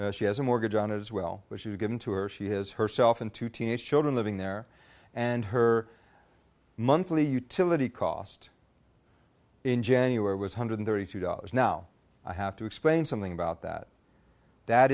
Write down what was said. she has a mortgage on it as well which is given to her she has herself and two teenage children living there and her monthly utility cost in january was hundred thirty two dollars now i have to explain something about that that